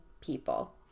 people